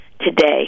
today